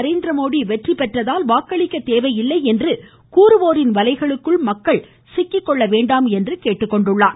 நரேந்திரமோடி வெற்றி பெற்றதால் வாக்களிக்க தேவையில்லை என்று கூறுவோரின் வலைகளுக்குள் மக்கள் சிக்கிக்கொள்ள வேண்டாம் என்று அறிவுறுத்தினார்